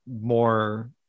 more